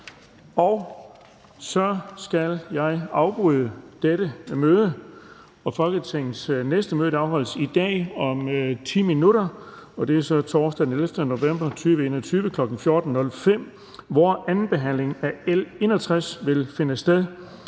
at foretage i dette møde. Folketingets næste møde afholdes i dag om 10 minutter, og det er så torsdag den 11. november 2021, kl. 14.05, hvor anden behandling af L 61 vil finde sted.